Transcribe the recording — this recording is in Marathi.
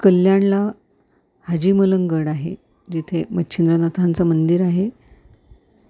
कल्याणला हाजी मलंगगड आहे जिथे मच्छिंद्रनाथांचं मंदिर आहे